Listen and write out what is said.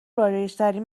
رایجترین